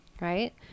right